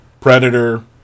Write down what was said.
predator